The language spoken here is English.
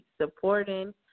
supporting